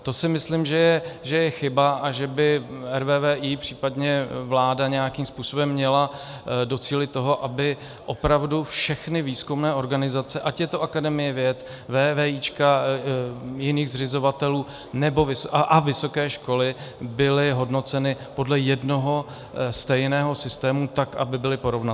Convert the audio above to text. To si myslím, že je chyba a že by RVVI, případně vláda nějakým způsobem měly docílit toho, aby opravdu všechny výzkumné organizace, ať je to Akademie věd, vévéíčka jiných zřizovatelů a vysoké školy, byly hodnoceny podle jednoho stejného systému, tak aby byly porovnatelné.